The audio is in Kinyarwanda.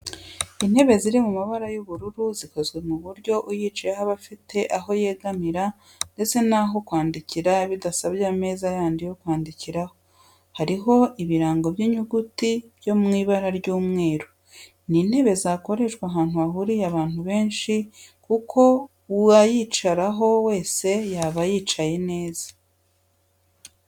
Intebe ziri mu ibara ry'ubururu, zikozwe ku buryo uyicayeho aba afite aho yegamira ndetse n'aho kwandikira bidasabye ameza yandi yo kwandikiraho, hariho ibirango by'inyuguti byo mu ibara ry'umweru. Ni intebe zakoreshwa ahantu hahuriye abantu benshi kuko uwayicaraho wese yaba yicaye neza.